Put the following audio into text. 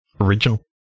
original